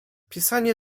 pisanie